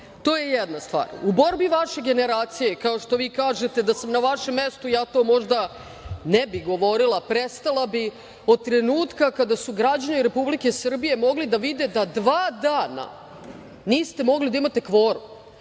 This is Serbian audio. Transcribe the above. To je jedna stvar.U borbi vaše generacije, kao što vi kažete, da sam na vašem mestu, ja to možda ne bih govorila, prestala bi, od trenutka kada su građani Republike Srbije mogli da vide da dva dana niste mogli da imate kvorum,